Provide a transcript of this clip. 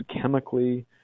chemically